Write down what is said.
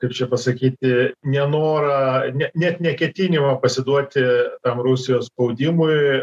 kaip čia pasakyti nenorą net neketinimą pasiduoti tam rusijos spaudimui